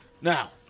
Now